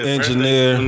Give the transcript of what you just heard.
Engineer